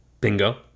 Bingo